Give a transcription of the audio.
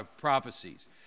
prophecies